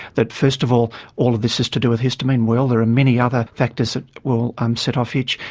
that first of all all of this is to do with histamine, well, there are many other factors that will um set off itch.